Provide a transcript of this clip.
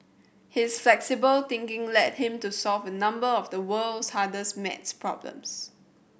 his flexible thinking led him to solve a number of the world's hardest maths problems